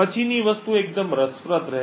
પછીની વસ્તુ એકદમ રસપ્રદ રહેશે